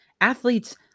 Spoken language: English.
athletes